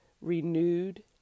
renewed